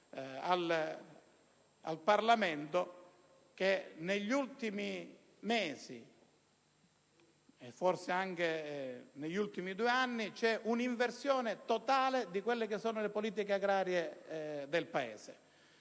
al Parlamento che, negli ultimi mesi - e forse anche negli ultimi due anni - c'è un'inversione totale delle politiche agrarie del Paese,